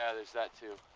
got to